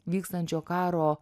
vykstančio karo